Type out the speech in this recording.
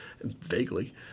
vaguely